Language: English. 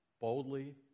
boldly